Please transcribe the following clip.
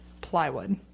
Plywood